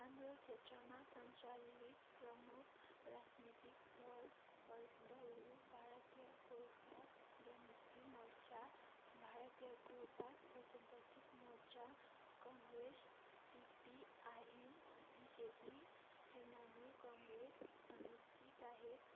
हाम्रो क्षेत्रमा सन्चालित प्रमुख राजनीतिक दलहरू दलहरू Bharatiya Gorkha Janmukti Morcha Bharatiya Gorkha Prajatantrik Morcha Congress CPIM BJP Trinamool Congress अनि ती बाहेक